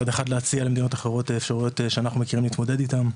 מצד אחד להציע למדינות אחרות אפשרויות שאנחנו מכירים להתמודד איתם,